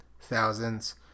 thousands